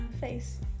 face